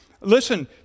Listen